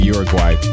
Uruguay